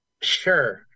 Sure